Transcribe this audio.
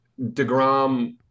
DeGrom